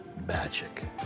magic